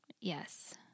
Yes